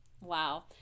Wow